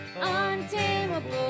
untamable